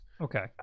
Okay